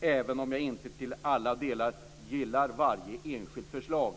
även om jag inte till alla delar gillar varje enskilt förslag.